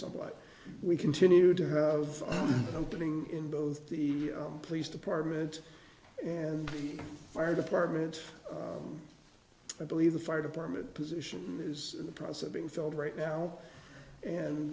of what we continue to have opening in both the police department and fire department i believe the fire department position is in the process of being filled right now and